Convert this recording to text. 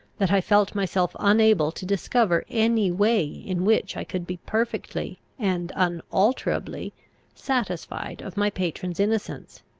that i felt myself unable to discover any way in which i could be perfectly and unalterably satisfied of my patron's innocence.